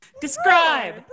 Describe